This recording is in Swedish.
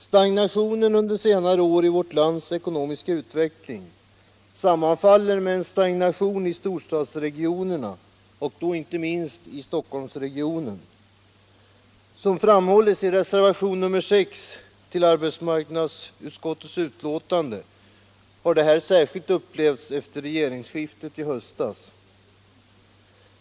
Stagnationen under senare år i vårt lands ekonomiska utveckling sammanfaller med en stagnation i storstadsregionerna och då inte minst i Stockholmsregionen. Som framhålls i reservationen 6 till arbetsmarknadsutskottets betänkande har detta upplevts särskilt hårt efter regeringsskiftet i höstas.